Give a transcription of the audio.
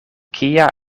kia